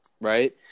right